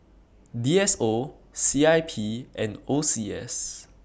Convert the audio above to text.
D S O C I P and O C S